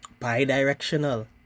Bidirectional